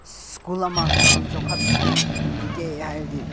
school ꯑꯃ ꯆꯥꯎꯈꯠꯍꯟꯒꯦ ꯍꯥꯏꯔꯗꯤ